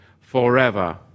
forever